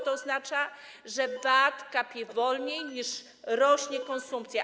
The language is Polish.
To oznacza, że VAT kapie wolniej, niż rośnie konsumpcja.